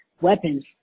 weapons